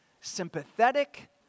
sympathetic